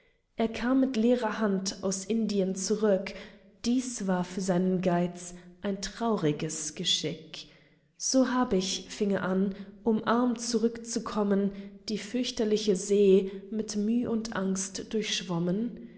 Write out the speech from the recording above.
er kam mit leerer hand aus indien zurück dies war für seinen geiz ein trauriges geschick so hab ich fing er an um arm zurückzukommen die fürchterliche see mit müh und angst